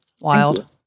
Wild